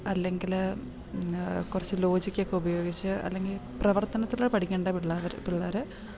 അല്ലെങ്കില് കുറച്ച് ലോജിക്കൊക്കെ ഉപയോഗിച്ച് അല്ലെങ്കില് പ്രവർത്തനത്തിലുടെ പഠിക്കേണ്ട പിള്ളാര് പിള്ളേര്